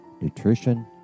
nutrition